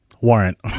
Warrant